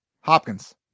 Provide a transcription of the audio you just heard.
hopkins